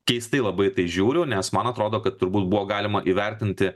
keistai labai į tai žiūriu nes man atrodo kad turbūt buvo galima įvertinti